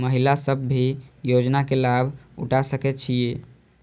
महिला सब भी योजना के लाभ उठा सके छिईय?